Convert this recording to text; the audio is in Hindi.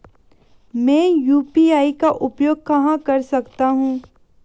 मैं यू.पी.आई का उपयोग कहां कर सकता हूं?